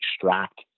extract